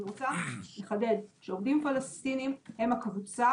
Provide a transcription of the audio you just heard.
אני רוצה לחדד: עובדים פלסטיניים הם הקבוצה